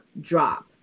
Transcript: drop